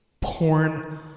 porn